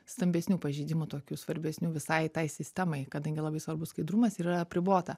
stambesnių pažeidimų tokių svarbesnių visai tai sistemai kadangi labai svarbu skaidrumas ir yra apribota